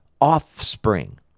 offspring